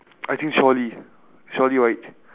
I think trolley trolley right